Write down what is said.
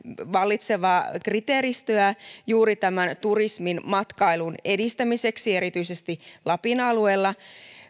vallitsevaa kriteeristöä juuri turismin matkailun edistämiseksi erityisesti lapin alueella